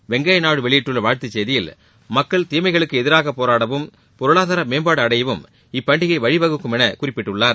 வெங்கப்யா நாயுடு வெளியிட்டுள்ள வாழ்த்துச் செய்தியில் மக்கள் தீமைகளுக்கு எதிராக போராடவும் பொருளாதார மேம்பாடு அடையவும் இப்பண்டிகை வழிவகுக்கும் என குறிப்பிட்டுள்ளார்